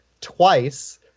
twice